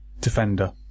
defender